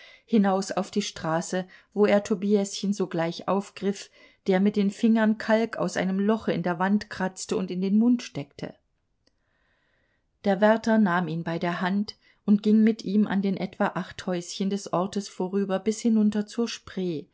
hinaus auf die straße wo er tobiäschen sogleich aufgriff der mit den fingern kalk aus einem loche in der wand kratzte und in den mund steckte der wärter nahm ihn bei der hand und ging mit ihm an den etwa acht häuschen des ortes vorüber bis hinunter zur spree